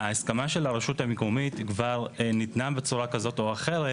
ההסכמה של הרשות המקומית כבר ניתנה בצורה כזו או אחרת,